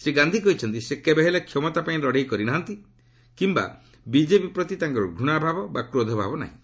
ଶ୍ରୀ ଗାନ୍ଧି କହିଛନ୍ତି ସେ କେବେହେଲେ କ୍ଷମତାପାଇଁ ଲଡ଼େଇ କରି ନାହାନ୍ତି କିମ୍ବା ବିଜେପି ପ୍ରତି ତାଙ୍କର ଘୂଶାଭାବ ବା କ୍ରୋଧଭାବ ନାହିଁ